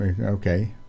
okay